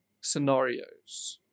scenarios